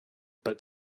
but